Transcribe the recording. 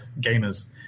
gamers